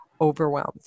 overwhelmed